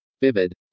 vivid